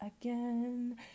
again